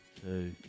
two